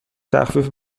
تخفیفی